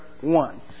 one